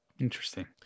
Interesting